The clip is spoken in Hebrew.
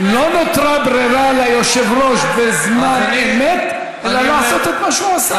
לא נותרה ברירה ליושב-ראש בזמן אמת אלא לעשות את מה שהוא עשה.